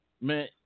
Man